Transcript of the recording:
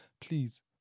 please